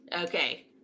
Okay